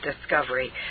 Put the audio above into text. discovery